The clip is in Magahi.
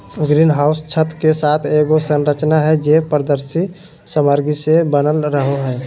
ग्रीन हाउस छत के साथ एगो संरचना हइ, जे पारदर्शी सामग्री से बनल रहो हइ